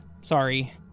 Sorry